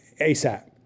ASAP